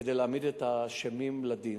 כדי להעמיד את האשמים לדין.